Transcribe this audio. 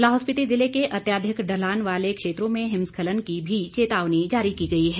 लाहौल स्पिति ज़िले के अत्यधिक ढलान वाले क्षेत्रों में हिमस्खलन की भी चेतावनी जारी की गई है